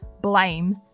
blame